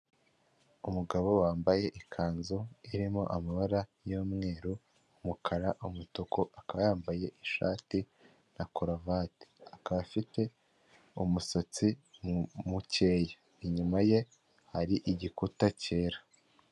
Umugabo wambaye ikanzu irimo amabara y'umweru, umukara, umutuku, akaba yambaye ishati na karuvati akaba afite umusatsi mu mukeya inyuma ye hari igikuta cyera.